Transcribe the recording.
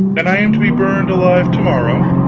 and i am to be burned alive to-morrow.